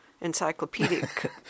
encyclopedic